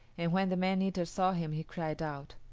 and when the man-eater saw him he cried out,